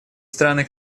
страны